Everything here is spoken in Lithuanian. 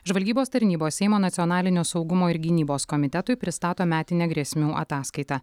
žvalgybos tarnybos seimo nacionalinio saugumo ir gynybos komitetui pristato metinę grėsmių ataskaitą